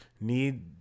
need